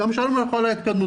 גם שם לא חלה התקדמות,